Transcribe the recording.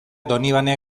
donibane